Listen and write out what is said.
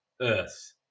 earth